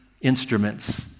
instruments